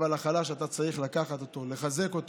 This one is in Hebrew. אבל החלש, אתה צריך לקחת אותו, לחזק אותו.